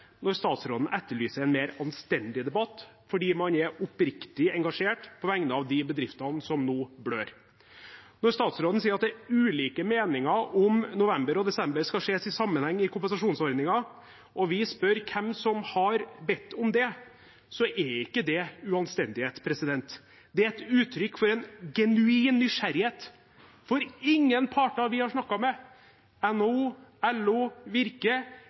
når statsråden etterlyser en mer anstendig debatt fordi man er oppriktig engasjert på vegne av de bedriftene som nå blør. Når statsråden sier at det er ulike meninger om november og desember skal ses i sammenheng i kompensasjonsordningen, og vi spør hvem som har bedt om det, er ikke det uanstendighet. Det er et utrykk for en genuin nysgjerrighet. For ingen parter vi har snakket med – NHO, LO, Virke